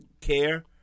care